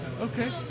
okay